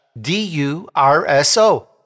D-U-R-S-O